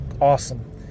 awesome